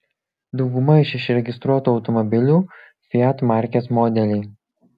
dauguma iš išregistruotų automobiliu fiat markės modeliai